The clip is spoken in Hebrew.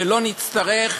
שלא נצטרך,